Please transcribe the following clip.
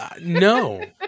No